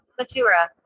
Matura